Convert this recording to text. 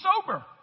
sober